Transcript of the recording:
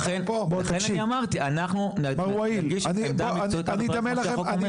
לכן אני אמרתי אנחנו נדגיש עמדה מקצועית לפי מה שהחוק אומר לי.